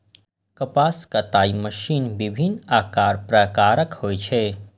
कपास कताइ मशीन विभिन्न आकार प्रकारक होइ छै